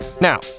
Now